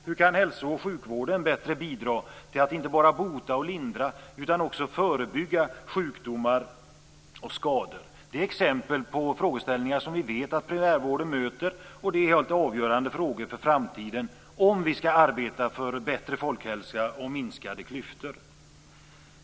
Hur kan hälso och sjukvården bättre bidra till att inte bara bota och lindra utan också förebygga sjukdomar och skador? Det är exempel på frågeställningar som vi vet att primärvården möter, och det är helt avgörande frågor för framtiden om vi ska arbeta för bättre folkhälsa och minskade klyftor.